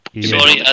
Sorry